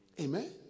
Amen